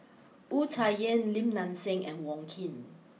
Wu Tsai Yen Lim Nang Seng and Wong Keen